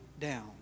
down